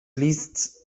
liszt